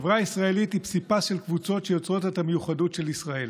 החברה הישראלית היא פסיפס של קבוצות שיוצרות את המיוחדות של ישראל,